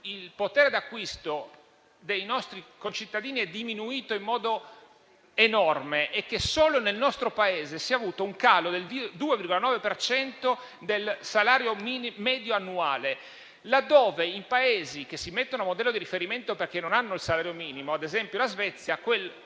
il potere di acquisto dei nostri concittadini è diminuito in modo enorme e che solo nel nostro Paese si è avuto un calo del 2,9 per cento del salario medio annuale, laddove in Paesi che si prendono a modello di riferimento perché non hanno il salario minio - per esempio la Svezia